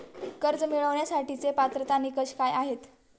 कर्ज मिळवण्यासाठीचे पात्रता निकष काय आहेत?